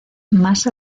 más